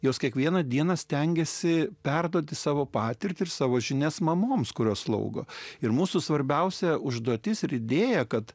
jos kiekvieną dieną stengiasi perduoti savo patirtį ir savo žinias mamoms kurios slaugo ir mūsų svarbiausia užduotis ir idėja kad